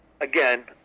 Again